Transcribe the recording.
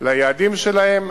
ליעדים שלהם.